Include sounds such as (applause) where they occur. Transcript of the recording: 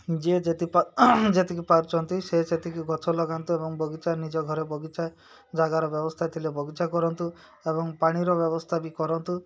ଯିଏ (unintelligible) ଯେତିକି ପାରୁଛନ୍ତି ସେ ସେତିକି ଗଛ ଲଗାନ୍ତୁ ଏବଂ ବଗିଚା ନିଜ ଘରେ ବଗିଚା ଜାଗାର ବ୍ୟବସ୍ଥା ଥିଲେ ବଗିଚା କରନ୍ତୁ ଏବଂ ପାଣିର ବ୍ୟବସ୍ଥା ବି କରନ୍ତୁ